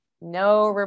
no